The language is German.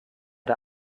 der